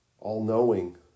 all-knowing